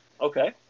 Okay